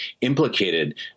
implicated